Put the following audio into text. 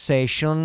Session